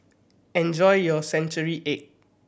enjoy your century egg